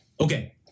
Okay